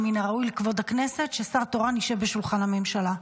מן הראוי לכבוד הכנסת ששר תורן ישב בשולחן הממשלה.